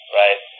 right